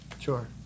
Sure